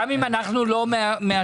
גם אם אנחנו לא מאשרים.